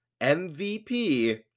MVP